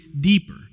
deeper